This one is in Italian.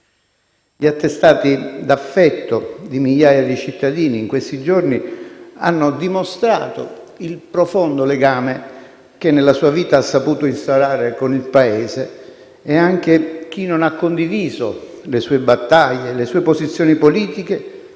Gli attestati d'affetto di migliaia di cittadini in questi giorni hanno dimostrato il profondo legame che nella sua vita ha saputo instaurare con il Paese; anche chi non ha condiviso le sue battaglie e le sue posizioni politiche